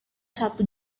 satu